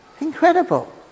Incredible